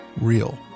real